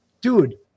Dude